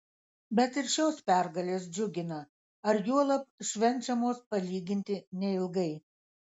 bet ir šitos pergalės džiugina ar juolab švenčiamos palyginti neilgai